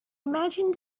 imagine